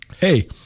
hey